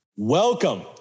Welcome